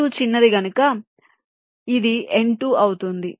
N2 చిన్నది కనుక ఇది n2 అవుతుంది